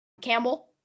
Campbell